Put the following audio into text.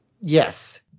Yes